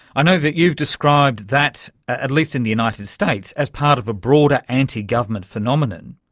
i know that you've described that, at least in the united states, as part of a broader antigovernment phenomenon.